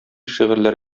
шигырьләр